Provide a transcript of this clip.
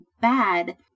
bad